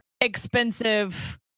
expensive